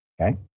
okay